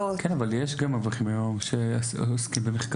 כן, אבל יש גם אברכים היום שעוסקים במחקרים.